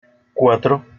cuatro